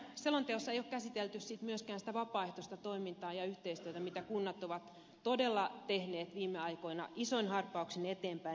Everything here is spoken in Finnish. tässä selonteossa ei ole käsitelty myöskään sitä vapaaehtoista toimintaa ja yhteistyötä mitä kunnat ovat todella tehneet viime aikoina isoin harppauksin eteenpäin